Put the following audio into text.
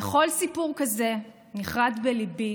וכל סיפור כזה נחרת בליבי